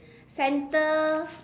center